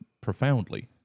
profoundly